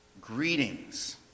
Greetings